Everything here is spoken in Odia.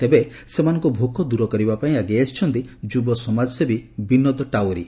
ତେବେ ସେମାନଙ୍କ ଭୋକ ଦୂର କରିବା ପାଇଁ ଆଗେଇ ଆସିଛନ୍ତି ଯୁବ ସମାଜସେବୀ ବିନୋଦ ଟାଓରୀ